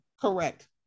correct